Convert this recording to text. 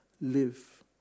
live